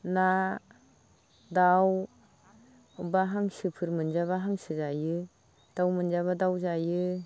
ना दाउ बबेयावबा हांसोफोर मोनजाबा हांसो जायो दाउ मोनजाबा दाउ जायो